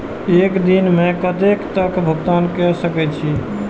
एक दिन में कतेक तक भुगतान कै सके छी